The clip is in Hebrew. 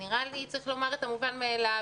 נראה לי צריך לומר את המובן מאליו,